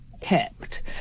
kept